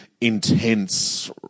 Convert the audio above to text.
intense